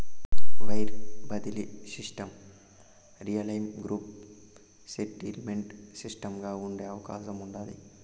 wire బడిలీ సిస్టమ్ల real time gross settlement సిస్టముగా ఉండే అవకాశం ఉండాది